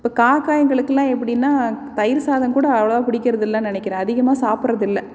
இப்போ காக்காய்ங்களுக்கெல்லாம் எப்படினா தயிர் சாதம் கூட அவ்வளவாக பிடிக்கிறதில்லனு நினைக்கிறேன் அதிகமாக சாப்பிட்றதில்ல